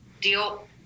deal